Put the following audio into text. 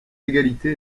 égalité